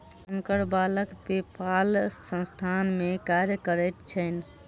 हुनकर बालक पेपाल संस्थान में कार्य करैत छैन